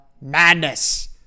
Madness